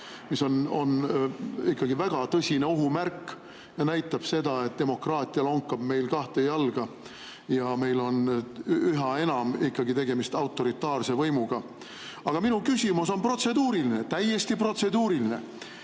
mis on väga tõsine ohumärk ja näitab seda, et demokraatia lonkab meil kahte jalga ja meil on üha enam tegemist autoritaarse võimuga. Aga minu küsimus on protseduuriline, täiesti protseduuriline.